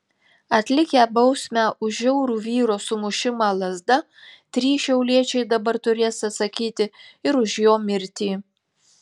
atlikę bausmę už žiaurų vyro sumušimą lazda trys šiauliečiai dabar turės atsakyti ir už jo mirtį